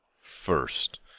First